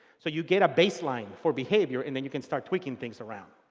so you get a baseline for behavior, and then you can start tweaking things around.